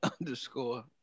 underscore